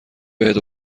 بهت